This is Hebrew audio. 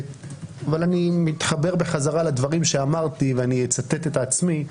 אני מתחבר חזרה לדברים שאמרתי, ואצטט את עצמי.